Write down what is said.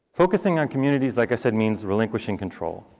focusing on communities, like i said, means relinquishing control.